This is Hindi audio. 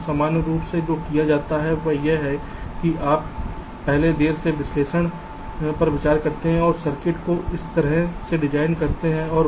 तो सामान्य रूप से जो किया जाता है वह यह है कि आप पहले देर से विश्लेषण का विचार करते हैं और सर्किट को इस तरह से डिजाइन करते हैं